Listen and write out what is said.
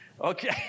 Okay